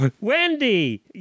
Wendy